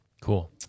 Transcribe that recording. Cool